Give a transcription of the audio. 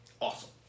Awesome